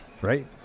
right